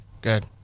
Good